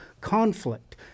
conflict